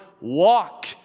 Walk